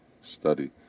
study